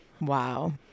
Wow